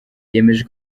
yemeza